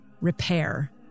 repair